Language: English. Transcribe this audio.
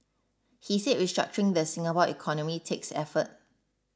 he said restructuring the Singapore economy takes effort